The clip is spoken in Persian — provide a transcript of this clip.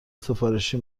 سفارشی